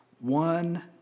One